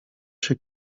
się